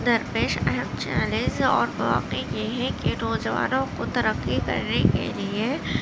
در پیش اہم چیلنج اور مواقع یہ ہیں کہ نوجوانوں کو ترقی کرنے کے لیے